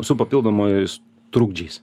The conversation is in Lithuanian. su papildomais trukdžiais